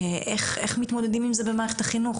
איך מתמודדים עם זה במערכת החינוך,